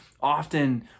often